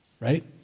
right